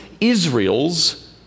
Israel's